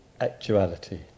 actuality